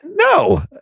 no